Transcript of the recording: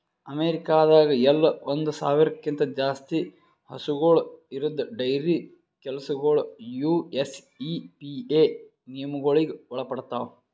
ಅಮೇರಿಕಾದಾಗ್ ಎಲ್ಲ ಒಂದ್ ಸಾವಿರ್ಕ್ಕಿಂತ ಜಾಸ್ತಿ ಹಸುಗೂಳ್ ಇರದ್ ಡೈರಿ ಕೆಲಸಗೊಳ್ ಯು.ಎಸ್.ಇ.ಪಿ.ಎ ನಿಯಮಗೊಳಿಗ್ ಒಳಪಡ್ತಾವ್